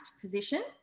position